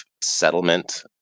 settlement